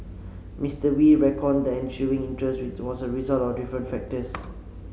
Mister Wee reckoned that the ensuing interest was a result of different factors